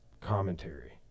commentary